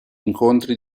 incontri